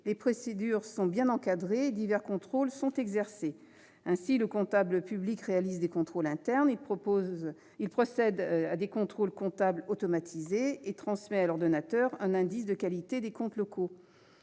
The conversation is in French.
Les procédures sont bien encadrées et divers contrôles sont exercés. Ainsi, le comptable public réalise des contrôles internes. Il procède à des « contrôles comptables automatisés » et transmet à l'ordonnateur un « indice de qualité des comptes locaux